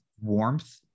warmth